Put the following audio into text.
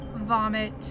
vomit